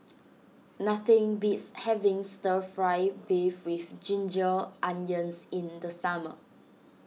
nothing beats having Stir Fry Beef with Ginger Onions in the summer